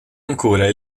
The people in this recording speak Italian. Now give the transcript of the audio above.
ancora